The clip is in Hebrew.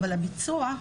אבל הביצוע,